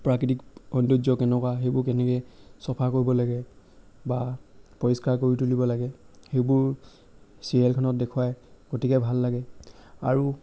প্ৰাকৃতিক সৌন্দৰ্য কেনুকুৱা সেইবোৰ কেনেকৈ চফা কৰিব লাগে বা পৰিষ্কাৰ কৰি তুলিব লাগে সেইবোৰ ছিৰিয়েলখনত দেখুৱায় গতিকে ভাল লাগে আৰু